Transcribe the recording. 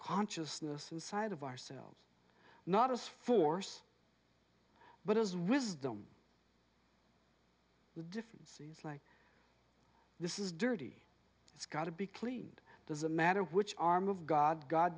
consciousness inside of ourselves not as force but as wisdom with differences like this is dirty it's got to be cleaned doesn't matter which arm of god god